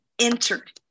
entered